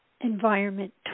environment